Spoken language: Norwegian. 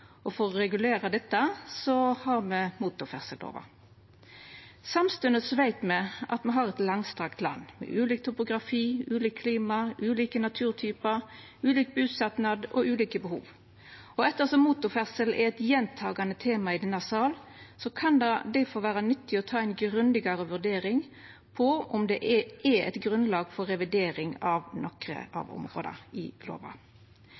og for å regulera dette har me motorferdsellova. Samstundes veit me at me har eit langstrekt land, med ulik topografi, ulikt klima, ulike naturtypar, ulik busetnad og ulike behov. Og ettersom motorferdsel er eit gjentakande tema i denne salen, kan det vera nyttig å ta ei grundigare vurdering av om det er eit grunnlag for revidering av nokre av områda i